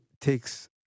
takes